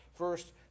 First